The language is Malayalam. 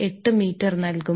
248 മീറ്റർ നൽകും